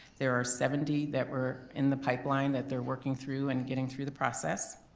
there are seventy that were in the pipeline that they're working through and getting through the process.